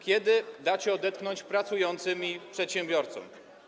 Kiedy dacie odetchnąć pracującym i przedsiębiorcom?